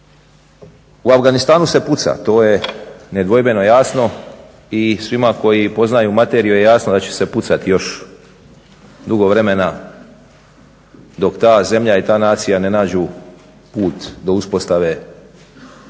U Afganistanu se puca to je nedvojbeno jasno i svima koji poznaju materiju je jasno da će se pucati još dugo vremena dok ta zemlja i ta nacija ne nađu put do uspostave